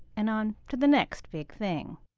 and on to the next big thing.